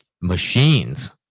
machines